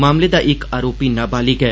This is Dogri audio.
मामले दा इक आरोपी नाबालिग ऐ